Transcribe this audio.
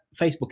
Facebook